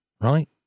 right